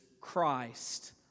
Christ